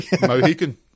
Mohican